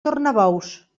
tornabous